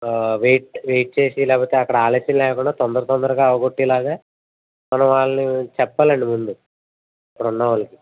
wait wait చేసి లేకపోతే అక్కడ ఆలస్యం లేకుండా తొందర తొందరగా అవ్వ కొట్టేలాగా మనం వాళ్ళు చెప్పాలండి ముందు అక్కడ ఉన్న వాళ్ళకి